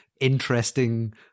interesting